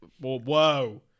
Whoa